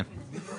כן.